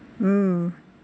mm